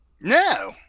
No